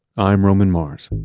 i'm roman mars